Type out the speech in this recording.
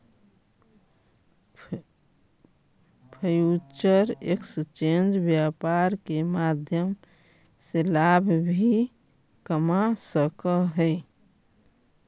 future exchange व्यापार के माध्यम से लाभ भी कमा सकऽ हइ